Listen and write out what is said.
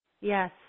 Yes